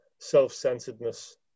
self-centeredness